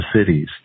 cities